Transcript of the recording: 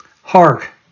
Hark